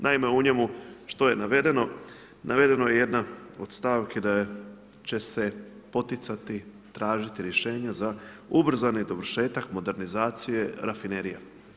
Naime, u njemu što je navedeno, navedeno je jedna od stavke, da će se poticati, tražiti rješenje za ubrzani dovršetak modernizacije rafinerija.